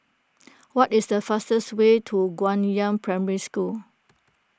what is the fastest way to Guangyang Primary School